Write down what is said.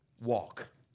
walk